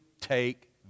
take